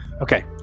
Okay